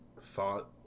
thought